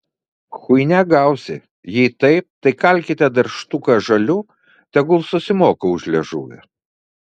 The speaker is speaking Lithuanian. chuinia gausi jei taip tai kalkite dar štuką žalių tegu susimoka už liežuvį